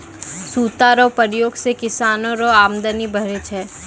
सूता रो प्रयोग से किसानो रो अमदनी बढ़ै छै